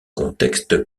contexte